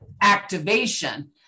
activation